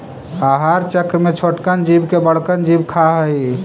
आहार चक्र में छोटकन जीव के बड़कन जीव खा हई